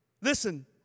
Listen